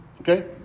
Okay